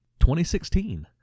2016